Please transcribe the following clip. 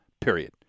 Period